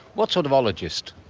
what sort of ologist?